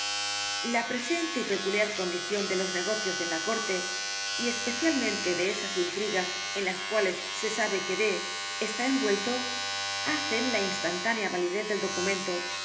la presente y peculiar condición de los negocios en la corte y especialmente de esas intrigas en las cuales se sabe que d está envuelto hacen la instantánea validez del documento